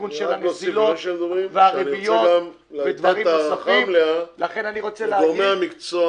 בתיקון --- אני גם להביע הערכה מלאה לגורמי המקצוע